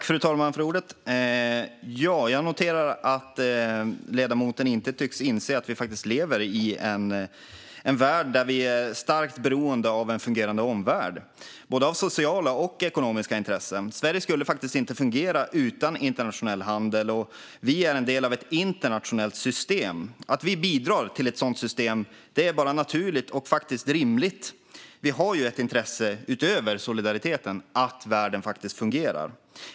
Fru talman! Jag noterar att ledamoten inte tycks inse att vi lever i en värld där vi är starkt beroende av en fungerande omvärld, som vi har både sociala och ekonomiska intressen av. Sverige skulle faktiskt inte fungera utan internationell handel. Vi är en del av ett internationellt system. Att vi bidrar till ett sådant system är naturligt och rimligt. Vi har - utöver solidariteten - ett intresse av att världen fungerar.